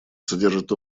содержит